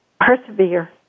persevere